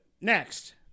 Next